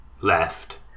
left